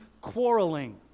quarreling